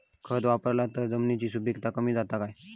खत वापरला तर जमिनीची सुपीकता कमी जाता काय?